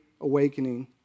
awakening